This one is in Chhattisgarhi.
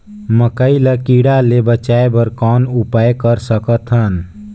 मकई ल कीड़ा ले बचाय बर कौन उपाय कर सकत हन?